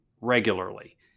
regularly